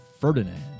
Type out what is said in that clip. Ferdinand